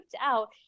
out